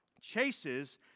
chases